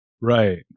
Right